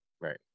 Right